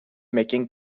making